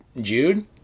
Jude